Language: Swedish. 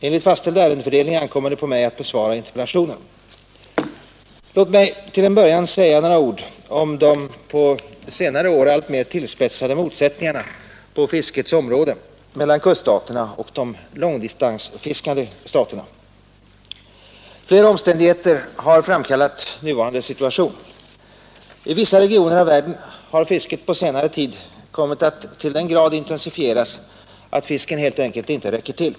Enligt fastställd ärendefördelning ankommer det på mig att besvara interpellationen. Låt mig till en början säga några ord om de på senare år alltmer tillspetsade motsättningarna på fiskets område mellan kuststaterna och de långdistansfiskande staterna. Flera omständigheter har framkallat nuvarande situation. I vissa regioner av världen har fisket på senare tid kommit att till den grad intensifieras att fisken helt enkelt inte räcker till.